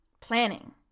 planning